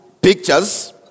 pictures